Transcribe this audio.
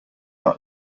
not